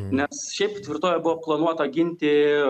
nes šiaip tvirtovę buvo planuota ginti